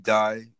die